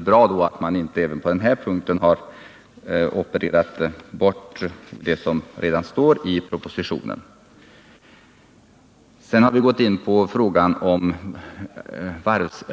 bra att man inte även på denna punkt ändrat propositionen såsom utskottet gjort beträffande Uddevallavarvets ställning som nybyggnadsvarv.